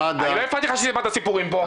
שמד"א אני לא הפרעתי לך, שסיפרת סיפורים פה.